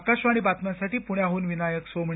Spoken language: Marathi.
अकाशवाणी बातम्यांसाठी पुण्याहून विनायक सोमणी